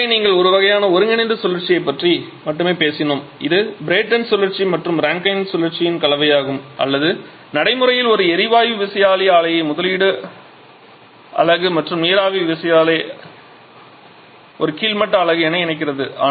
இது வரை நாங்கள் ஒரு வகையான ஒருங்கிணைந்த சுழற்சியைப் பற்றி மட்டுமே பேசினோம் இது பிரைட்டன் சுழற்சி மற்றும் ராங்கைன் சுழற்சியின் கலவையாகும் அல்லது நடைமுறையில் ஒரு எரிவாயு விசையாழி ஆலையை முதலிட அலகு மற்றும் நீராவி விசையாழி ஆலை ஒரு கீழ்மட்ட அலகு என இணைக்கிறது